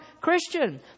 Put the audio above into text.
Christian